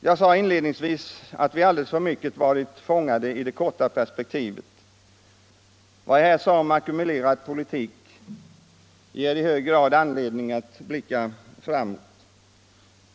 Jag sade inledningsvis att vi alldeles för mycket har varit fångade i det korta perspektivet. Vad jag här sade om ackumulerad politik ger i hög grad anledning att blicka framåt.